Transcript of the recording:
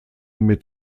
mit